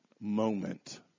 moment